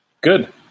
Good